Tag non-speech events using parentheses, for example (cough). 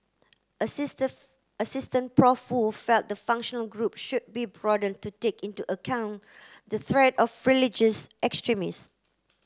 (unintelligible) Prof Woo felt the functional group should be broadened to take into account the threat of religious (unintelligible)